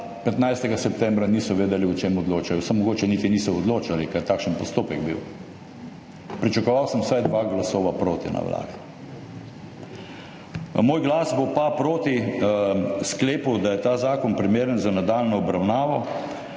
15. septembra ni vedel, o čem odloča. Saj mogoče niti niso odločali, ker je bil takšen postopek. Pričakoval sem vsaj dva glasova proti na Vladi. Moj glas bo proti sklepu, da je ta zakon primeren za nadaljnjo obravnavo,